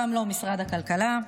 גם לא משרד הכלכלה.